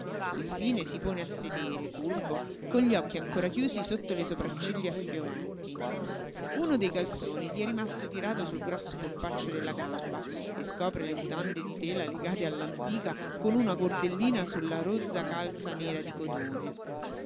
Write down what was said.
infine si pone a sedere curvo con gli occhi ancora chiusi sotto le sopracciglia spioventi uno dei calzoni gli è rimasto tirato sul sul grosso polpaccio della gamba e scopre le mutande di tela legate all'antica con una cordellina sulla sulla rozza calza nera di cotone